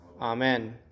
Amen